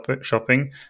shopping